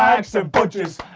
hacks and bodges,